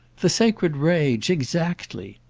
the sacred rage, exactly!